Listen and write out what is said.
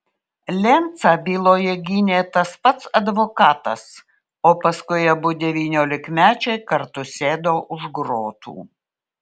lencą byloje gynė tas pats advokatas o paskui abu devyniolikmečiai kartu sėdo už grotų